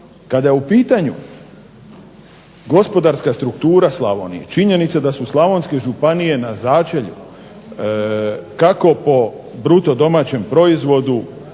Kada je u pitanju gospodarska struktura Slavonije, činjenica da su slavonske županije na začelju kako po bruto domaćem proizvodu